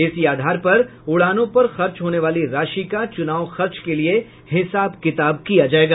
उसी आधार पर उड़ानों पर खर्च होने वाली राशि का चुनाव खर्च के लिये हिसाब किताब होगा